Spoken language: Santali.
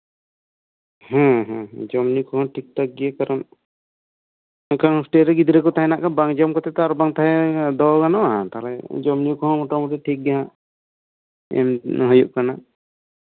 ᱦᱮᱸ ᱡᱚᱢ ᱧᱩ ᱠᱚᱦᱚᱸ ᱴᱷᱤᱠᱜᱮᱭᱟ ᱠᱟᱨᱚᱱ ᱪᱮᱫ ᱞᱮᱠᱟᱱ ᱦᱚᱥᱴᱮᱞ ᱨᱮᱠᱚ ᱛᱟᱸᱦᱮᱱᱟ ᱡᱚᱢ ᱵᱟᱝ ᱨᱮᱫᱚ ᱜᱟᱱᱚᱜᱼᱟ ᱡᱚᱢ ᱧᱩ ᱠᱚᱦᱚᱸ ᱢᱳᱴᱟᱢᱩᱴᱤ ᱴᱷᱤᱠ ᱜᱮ ᱦᱟᱜ ᱦᱩᱭᱩᱜ ᱠᱟᱱᱟ